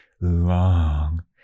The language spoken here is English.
long